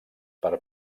per